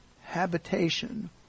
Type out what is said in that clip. habitation